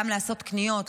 גם לעשות קניות,